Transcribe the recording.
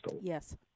Yes